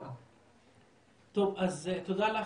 תודה לך,